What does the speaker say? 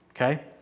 Okay